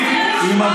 עם מי?